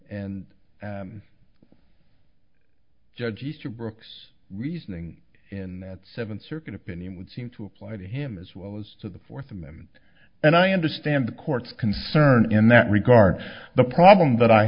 and judge eastern brooks reasoning in that seventh circuit opinion would seem to apply to him as well as to the fourth amendment and i understand the court's concern in that regard the problem that i